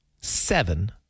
seven